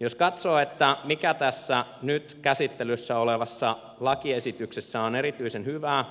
jos katsoo mikä tässä nyt käsittelyssä olevassa lakiesityksessä on erityisen hyvää